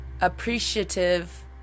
appreciative